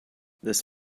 this